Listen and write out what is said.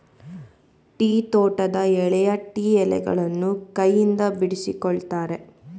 tea ತೋಟದ ಎಳೆಯ tea ಎಲೆಗಳನ್ನು ಕೈಯಿಂದ ಬಿಡಿಸಿಕೊಳ್ಳುತ್ತಾರೆ